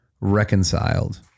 reconciled